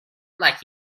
like